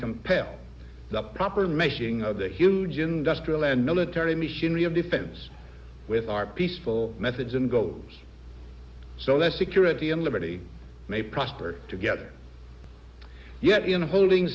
compel the proper mission of the huge industrial and military machinery of defense with our peaceful methods and goes so that security and liberty may prosper together yet in holding